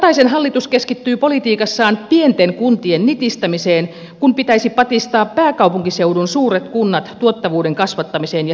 kataisen hallitus keskittyy politiikassaan pienten kuntien nitistämiseen kun pitäisi patistaa pääkaupunkiseudun suuret kunnat tuottavuuden kasvattamiseen ja säästöihin